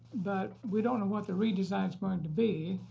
but we don't know what the redesign is going to be.